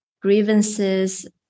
grievances